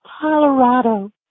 Colorado